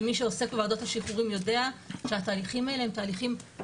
ומי שעוסק בוועדות שחרורים יודע שהתהליכים האלה הם מסורבלים,